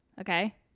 Okay